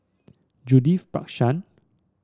Judith Prakash